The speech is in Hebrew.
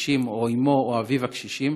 הקשישים או אימו או אביו הקשישים